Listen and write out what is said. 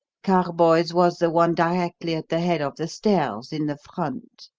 carboys' was the one directly at the head of the stairs, in the front.